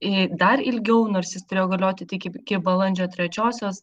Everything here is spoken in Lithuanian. į dar ilgiau nors jis turėjo galioti tik iki balandžio trečiosios